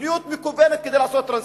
מדיניות מכוונת כדי לעשות טרנספר.